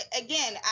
again